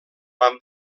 van